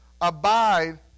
Abide